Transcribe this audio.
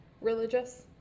religious